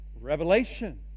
Revelation